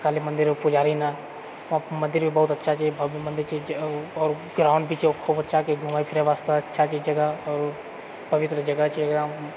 काली मन्दिर ओ पुजारी ने मन्दिर भी बहुत अच्छा छै भव्य मन्दिर छै आओर ग्राउण्ड भी छै खूब अच्छा की घुमए फिरय वास्ते अच्छा छै जगह आओर ओ पवित्र जगह छै एकदम